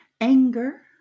anger